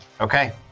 Okay